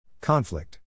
Conflict